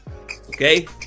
Okay